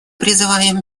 призываем